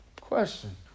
Question